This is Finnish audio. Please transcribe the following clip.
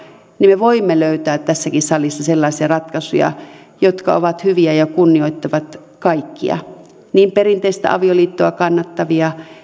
niin me voimme löytää tässäkin salissa sellaisia ratkaisuja jotka ovat hyviä ja kunnioittavat kaikkia niin perinteistä avioliittoa kannattavia